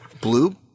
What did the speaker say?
Blue